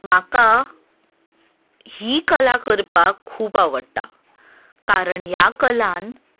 म्हाका ही कला करपाक खूब आवडटा कारण ह्या कलान